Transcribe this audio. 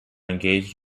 engaged